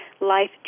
life